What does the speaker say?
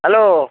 hello